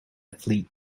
fleet